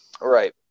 right